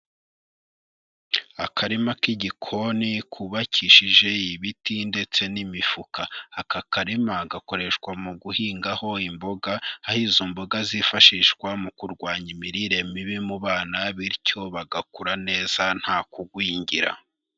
Akarima k'igikoni, kubabakishije ibiti ndetse n'imifuka, aka karima gakoreshwa mu guhingaho imboga, aho izo mboga zifashishwa mu kurwanya imirire mibi mu bana, bityo bagakura neza nta kugwingira.